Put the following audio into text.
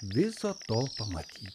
viso to pamatyt